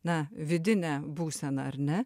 na vidinę būseną ar ne